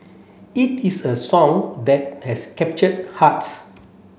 it is a song that has captured hearts